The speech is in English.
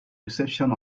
reception